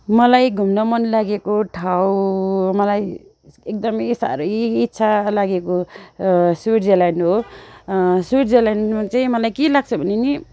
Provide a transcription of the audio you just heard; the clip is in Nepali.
मलाई घुम्न मन लागेको ठाउँ मलाई एकदमै साह्रै इच्छा लागेको स्विजरल्यान्ड हो स्विजरल्यान्डमा चाहिँ मलाई के लाग्छ भने नि